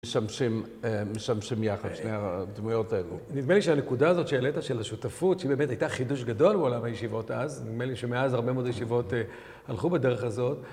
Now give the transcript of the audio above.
משמשים... משמשים יחד, שני הדמויות האלו. -נדמה לי שהנקודה הזאת שהעלית, של השותפות, שהיא באמת הייתה חידוש גדול בעולם הישיבות אז, נדמה לי שמאז הרבה מאוד ישיבות הלכו בדרך הזאת.